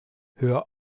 hör